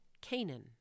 Canaan